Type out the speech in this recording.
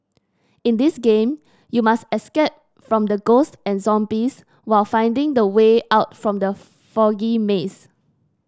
in this game you must escape from the ghost and zombies while finding the way out from the foggy maze